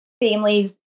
families